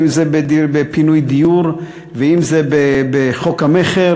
אם זה בפינוי דיור ואם זה בחוק המכר,